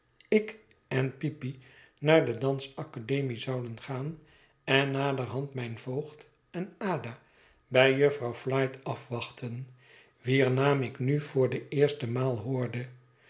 ik en peepy naar de dans academie zouden gaan en naderhand mijn voogd en ada bij jufvrouw flite afwachten wier naam ik nu voor de eerste maal hoorde